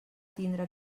tindre